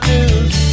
News